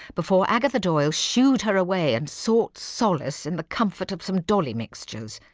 before agatha doyle shooed her away and sought solace in the comfort of some dolly mixtures.